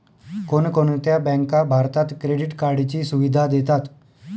कोणकोणत्या बँका भारतात क्रेडिट कार्डची सुविधा देतात?